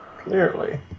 Clearly